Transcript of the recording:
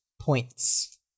points